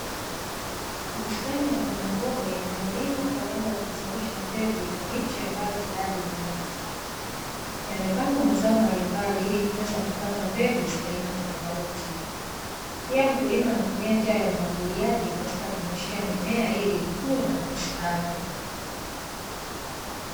Bustani ya mbogamboga inayolimwa kwa lengo la kuzalisha mbegu ina miche ambayo tayari imeota. Yamepandwa mazao mbalimbali ili kuweza kupata mbegu za aina tofauti. Pia mkulima anatumia njia ya umwagiliaji katika kunyeshea mimea, ili ikue na kustawi.